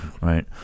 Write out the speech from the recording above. right